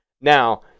now